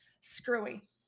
screwy